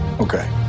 Okay